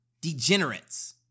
degenerates